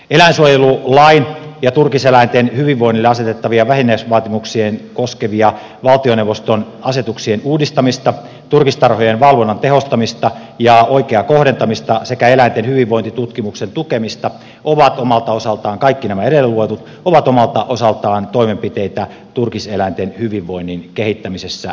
eläinsuojelulain ja turkiseläinten hyvinvoinnille asetettavia vähimmäisvaatimuksia koskevan valtioneuvoston asetuksen uudistaminen turkistarhojen valvonnan tehostaminen ja oikea kohdentaminen sekä eläinten hyvinvointitutkimuksen tukeminen kaikki nämä edellä luetut ovat omalta osaltaan toimenpiteitä turkiseläinten hyvinvoinnin kehittämisessä ja kohentamisessa